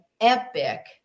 epic